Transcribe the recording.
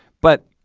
but